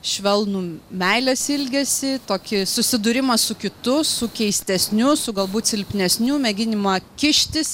švelnų meilės ilgesį tokį susidūrimą su kitu su keistesniu su galbūt silpnesniu mėginimą kištis